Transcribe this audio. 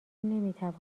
نمیتواند